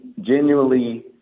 genuinely